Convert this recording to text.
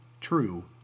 True